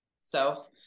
self